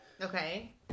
Okay